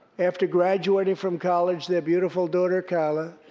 after graduating from college, their beautiful daughter kayla